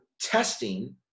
testing